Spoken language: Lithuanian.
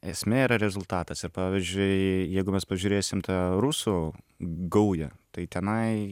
esmė yra rezultatas ir pavyzdžiui jeigu mes pažiūrėsim tą rusų gaują tai tenai